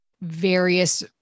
various